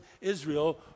Israel